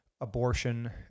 abortion